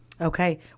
okay